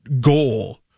goal